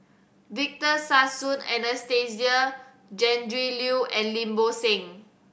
Victor Sassoon Anastasia Tjendri Liew and Lim Bo Seng